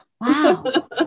wow